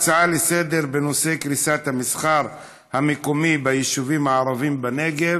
ההצעה לסדר-היום בנושא: קריסת המסחר המקומי ביישובים הערביים בנגב